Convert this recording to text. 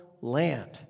land